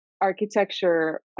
architecture